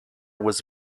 was